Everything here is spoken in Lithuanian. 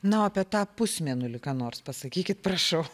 na o apie tą pusmėnulį ką nors pasakykit prašau